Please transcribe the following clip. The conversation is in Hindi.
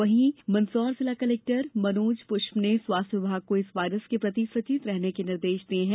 वहीं मंदसौर जिला कलेक्टर मनोज पुष्प ने स्वास्थ्य विभाग को इस वायरस के प्रति सचेत रहने के निर्देष जारी किये हैं